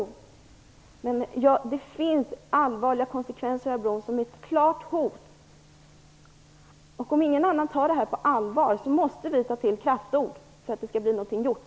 Men det finns allvarliga konsekvenser som är ett klart hot. Om ingen annan tar detta på allvar, måste vi ta till kraftord för att det skall bli någonting gjort.